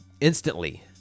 instantly